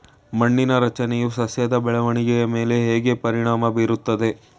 ಮಣ್ಣಿನ ರಚನೆಯು ಸಸ್ಯದ ಬೆಳವಣಿಗೆಯ ಮೇಲೆ ಹೇಗೆ ಪರಿಣಾಮ ಬೀರುತ್ತದೆ?